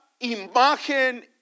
imagen